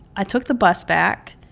i took the bus back,